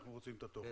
אנחנו רוצים את התוכן.